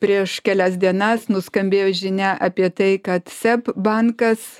prieš kelias dienas nuskambėjo žinia apie tai kad seb bankas